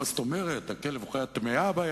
כל אלה הם סיבה לאי-יציבות